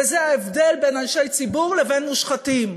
וזה ההבדל בין אנשי ציבור לבין מושחתים.